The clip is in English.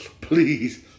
Please